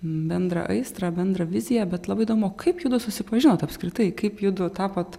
bendrą aistrą bendrą viziją bet labai įdomu kaip judu susipažinot apskritai kaip judu tapot